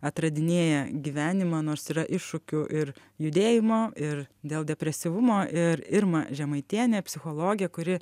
atradinėja gyvenimą nors yra iššūkių ir judėjimo ir dėl depresyvumo ir irma žemaitienė psichologė kuri